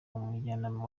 umujyanama